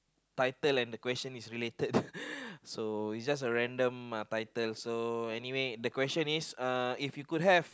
title and the question is related uh so is just a random uh title so anyway the question is uh if you could have